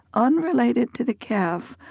unrelated to the calf,